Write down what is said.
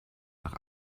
nach